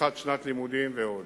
פתיחת שנת לימודים ועוד.